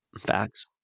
Facts